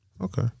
Okay